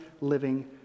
living